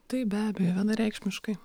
taip be abejo vienareikšmiškai